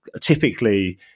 typically